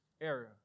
area